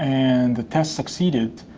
and the test succeeded.